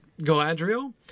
Galadriel